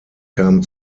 kamen